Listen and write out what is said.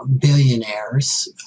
billionaires